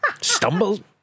stumbled